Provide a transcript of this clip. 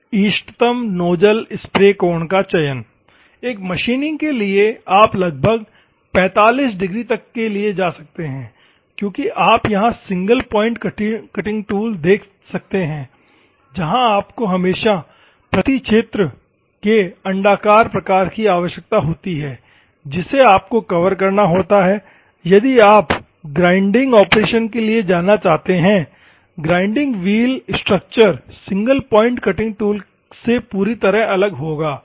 इष्टतम nozzle spray कोण का चयन एक मशीनिंग के लिए आप लगभग 45 डिग्री तक जा सकते हैं क्योंकि आप यहां सिंगल पॉइंट कटिंग टूल देख सकते हैं जहां आपको हमेशा प्रति क्षेत्र के अण्डाकार प्रकार की आवश्यकता होती है जिसे आपको कवर करना होता है और यदि आप ग्राइंडिंग ऑपरेशन के लिए जाना चाहते हैं grinding wheel structure single point cutting tool से पूरी तरह से अलग होगा